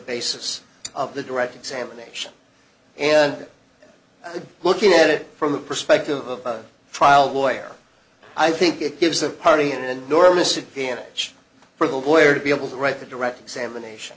basis of the direct examination and looking at it from the perspective of a trial lawyer i think it gives a hearty and norma's advantage for the lawyer to be able to write the direct examination